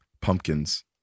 Pumpkins